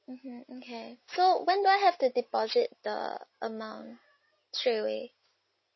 mmhmm okay so when do I have to deposit the amount straightaway